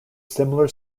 similar